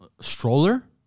stroller